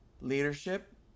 leadership